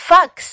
Fox